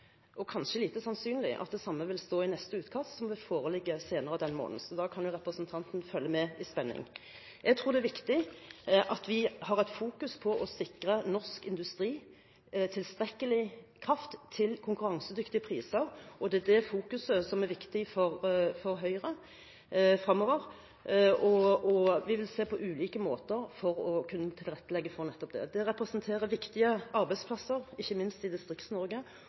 – kanskje lite sannsynlig – at det samme vil stå i neste utkast, som vil foreligge senere denne måneden. Så da kan jo representanten følge med i spenning. Jeg tror det er viktig at vi fokuserer på å sikre norsk industri tilstrekkelig kraft, til konkurransedyktige priser. Det er det fokuset som er viktig for Høyre fremover. Vi vil se på ulike måter for å kunne tilrettelegge for nettopp det. Det representerer viktige arbeidsplasser, ikke minst i